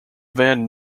van